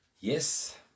Yes